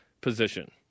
position